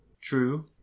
True